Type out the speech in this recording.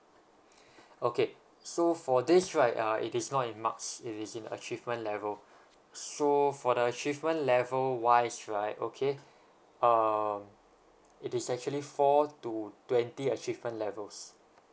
okay so for this right uh it is not in marks it is in achievement level so for the achievement level wise right okay um it is actually four to twenty achievement levels